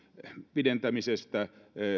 pidentämisestä